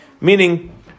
Meaning